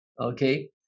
Okay